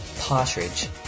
Partridge